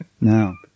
Now